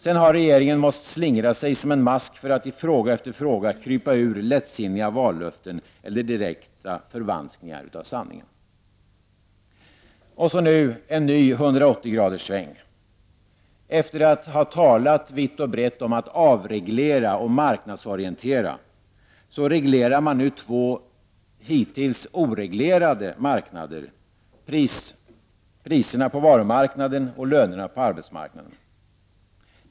Sedan har regeringen måst slingra sig som en mask för att i fråga efter fråga krypa ur lättsinniga vallöften eller direkta förvanskningar av sanningen. Så kommer nu en ny hundraåttiograderssväng. Efter att ha talat vitt och brett om att avreglera och marknadsorientera reglerar man nu två hittills helt oreglerade marknader, priserna på varumarknaden och lönerna på arbetsmarknaden.